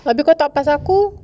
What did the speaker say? lepas tu kau tahu pasal aku